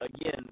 again